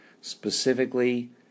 specifically